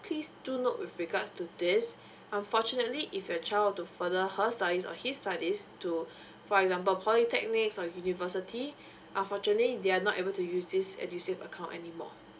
please do note with regards to this unfortunately if your child were to further her studies or his studies to for example polytechnics or university unfortunately they are not able to use this edusave account anymore